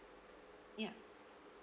ya